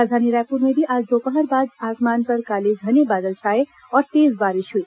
राजधानी रायपुर में भी आज दोपहर बाद आसमान पर काले घने बादल छाए और तेज बारिश हुई